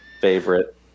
favorite